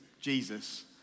Jesus